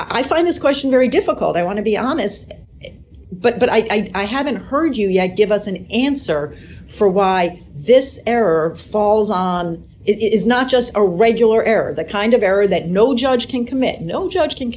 i find this question very difficult i want to be honest but but i haven't heard you yet give us an answer for why this error falls on it is not just a regular error the kind of error that no judge can commit no judge can